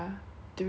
to be honest